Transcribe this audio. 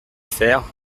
faire